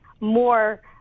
more